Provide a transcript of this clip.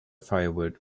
firewood